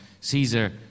Caesar